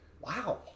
Wow